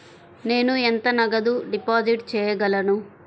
నేను ఎంత నగదు డిపాజిట్ చేయగలను?